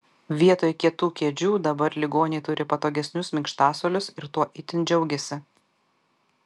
vietoj kietų kėdžių dabar ligoniai turi patogesnius minkštasuolius ir tuo itin džiaugiasi